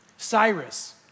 Cyrus